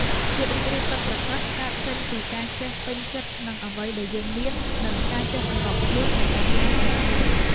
ភាពរីករាយពិតប្រាកដកើតចេញពីការចេះពេញចិត្តនឹងអ្វីដែលយើងមាន និងការចេះសម្របខ្លួនទៅតាមការប្រែប្រួល។